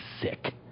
sick